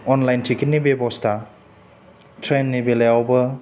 online टिकिटनि बेबस्था ट्रेननि बेलायावबो